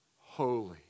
holy